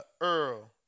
Earl